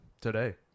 today